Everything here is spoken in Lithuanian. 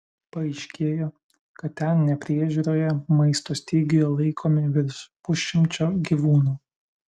paaiškėjo kad ten nepriežiūroje maisto stygiuje laikomi virš pusšimčio gyvūnų